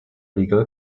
legal